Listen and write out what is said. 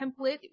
template